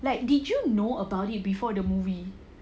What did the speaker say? like did you know about it before the movie